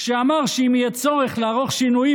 כשאמר שאם יהיה צורך לערוך שינויים,